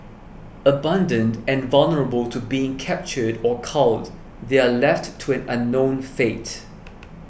abandoned and vulnerable to being captured or culled they are left to an unknown fate